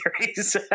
series